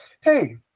hey